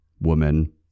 woman